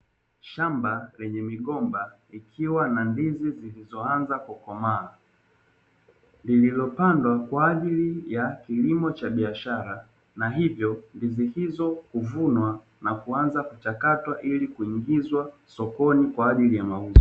Shamba lenye migomba ikiwa na ndizi zilizoanza kukomaa lililopandwa kwa ajili ya kilimo cha biashara, na hivyo ndizi hizo huvunwa na kuanza kuchakatwa ili kuingizwa sokoni kwa ajili ya mauzo.